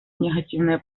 негативные